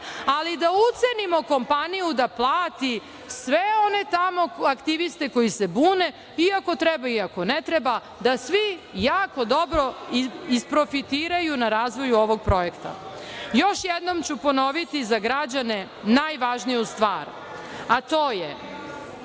ali da ucenimo kompaniju da plati sve one tamo aktiviste koji se bune, iako treba, iako ne treba, da svi jako dobro isprofitiraju na razvoju ovog projekta. Još jednom ću ponoviti za građane najvažniju stvar, a to je